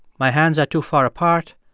my hands are too far apart.